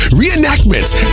reenactments